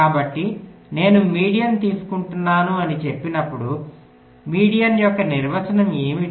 కాబట్టి నేను మీడియన్ తీసుకుంటున్నాను అని చెప్పినప్పుడు మధ్యస్థం యొక్క నిర్వచనం ఏమిటి